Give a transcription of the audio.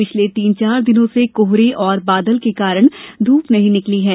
पिछले तीन चार दिनों से कोहरे और बादल के कारण ध्यप नहीं निकली है